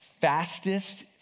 Fastest